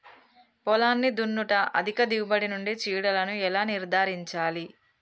పొలాన్ని దున్నుట అధిక దిగుబడి నుండి చీడలను ఎలా నిర్ధారించాలి?